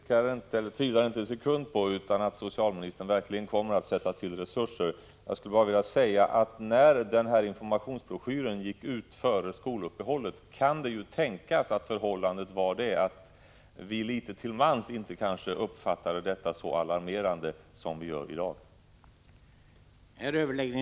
Herr talman! Jag tvivlar inte en sekund på att socialministern verkligen kommer att sätta till resurser. Jag skulle bara vilja säga att när denna informationsbroschyr gick ut före sommaruppehållet kan det tänkas att vi litet till mans inte hade uppfattat denna fråga så alarmerande som vi gör i dag.